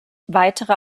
weitere